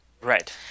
Right